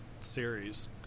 series